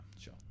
Sure